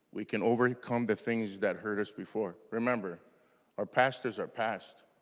we can overcome the things that hurt us before. remember our past is our past.